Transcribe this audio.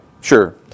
Sure